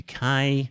UK